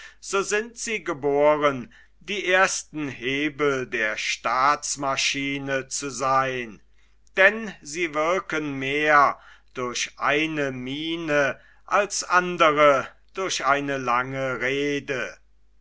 so sind sie geboren die ersten hebel der staatsmaschine zu seyn denn sie wirken mehr durch eine miene als andre durch eine lange rede